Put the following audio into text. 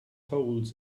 holes